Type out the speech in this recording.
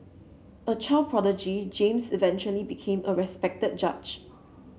a child prodigy James eventually became a respected judge